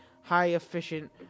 high-efficient